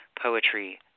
Poetry